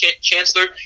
Chancellor